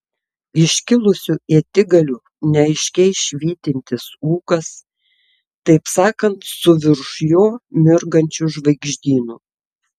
iškilusių ietigalių neaiškiai švytintis ūkas taip sakant su virš jo mirgančiu žvaigždynu